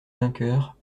vainqueur